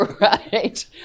right